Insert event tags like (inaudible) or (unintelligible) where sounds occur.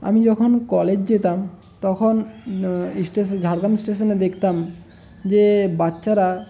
আমি যখন কলেজ যেতাম তখন (unintelligible) ঝাড়গ্রাম স্টেশানে দেখতাম যে বাচ্চারা